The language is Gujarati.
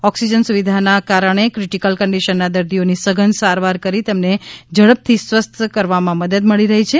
ઓક્સિજન સુવિધાના કારણે ક્રિટીકલ કંડીશનના દર્દીઓની સઘન સારવાર કરી તેમને ઝડપથી સ્વસ્થ કરવામાં મદદ મળી રહી છે